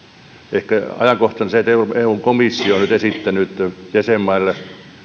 ehkä ajankohtaista on se että eun komissio on nyt jäsenmaille